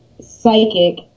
Psychic